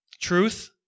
Truth